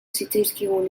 zitzaizkigun